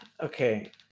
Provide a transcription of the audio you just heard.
Okay